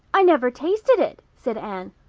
i never tasted it, said anne.